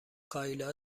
کایلا